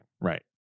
Right